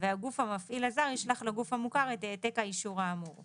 והגוף המפעיל הזר ישלח לגוף המוכר את העתק האישור האמור.